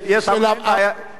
אני מעריץ שלו כשר.